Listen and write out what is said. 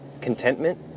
contentment